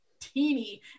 teeny